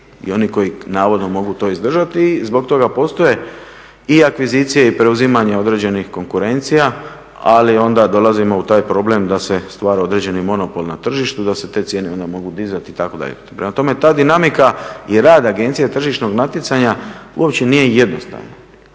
i oni koji navodno mogu to izdržati, zbog toga postoje i akvizicije i preuzimanja određenih konkurencija, ali onda dolazimo u taj problem da se stvara određeni monopol na tržištu, da se te cijene onda mogu dizati, itd. Prema tome, ta dinamika i rad agencije tržišnog natjecanja uopće nije jednostavno